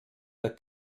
der